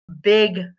big